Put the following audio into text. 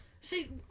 See